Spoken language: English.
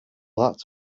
that